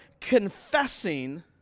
confessing